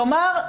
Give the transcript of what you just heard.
כלומר,